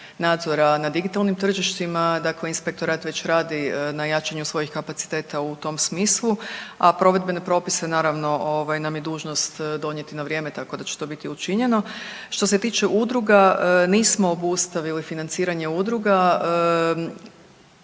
na digitalnim tržištima dakle inspektorat već radi na jačanju svojih kapaciteta u tom smislu, a provedbene propise naravno nam je dužnost donijeti na vrijeme tako da će to biti učinjeno. Što se tiče udruga, nismo obustavili financiranje udruga.